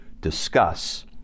discuss